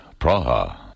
Praha